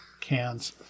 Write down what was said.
cans